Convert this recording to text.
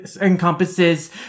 Encompasses